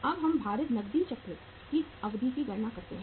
अब हम भारित नकदी चक्र की अवधि की गणना करते हैं